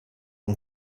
yng